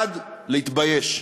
1. להתבייש,